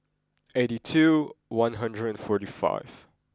eighty two one hundred and forty five